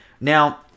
Now